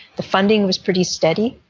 the funding was pretty steady,